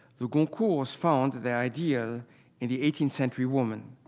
the goncourts found their idea in the eighteenth century woman,